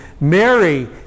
Mary